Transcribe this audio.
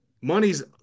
Money's